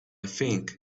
think